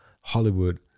Hollywood